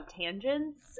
tangents